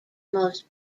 most